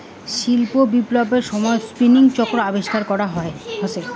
শিল্প বিপ্লবের সময়ত স্পিনিং চক্র আবিষ্কার করাং হসে